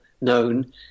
known